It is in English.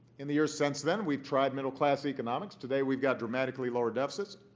in the years since then we've tried middle-class economics. today we've got dramatically lower deficits,